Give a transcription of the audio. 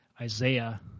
Isaiah